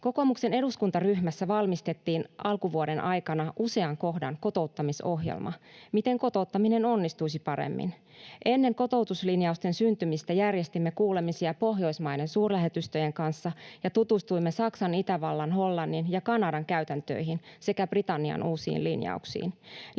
Kokoomuksen eduskuntaryhmässä valmistettiin alkuvuoden aikana usean kohdan kotouttamisohjelma siitä, miten kotouttaminen onnistuisi paremmin. Ennen kotoutuslinjausten syntymistä järjestimme kuulemisia Pohjoismaiden suurlähetystöjen kanssa ja tutustuimme Saksan, Itävallan, Hollannin ja Kanadan käytäntöihin sekä Britannian uusiin linjauksiin.